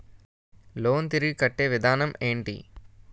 Loan తిరిగి కట్టే విధానం ఎంటి?